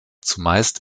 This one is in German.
zumeist